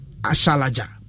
ashalaja